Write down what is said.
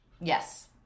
Yes